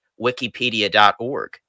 wikipedia.org